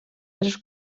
tres